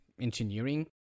engineering